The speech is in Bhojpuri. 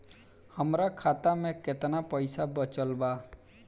हमरा खाता मे केतना पईसा बचल बा?